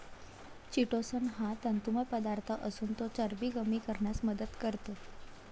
chitosan हा तंतुमय पदार्थ असून तो चरबी कमी करण्यास मदत करतो